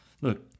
Look